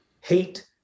hate